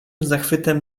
zachwytem